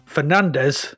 Fernandez